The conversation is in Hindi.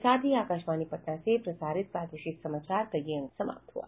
इसके साथ ही आकाशवाणी पटना से प्रसारित प्रादेशिक समाचार का ये अंक समाप्त हुआ